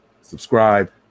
subscribe